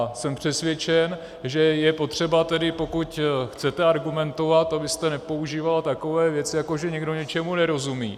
A jsem přesvědčen, že je potřeba, pokud chcete argumentovat, abyste nepoužívala takové věci, jako že někdo něčemu nerozumí.